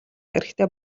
хэрэгтэй